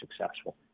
successful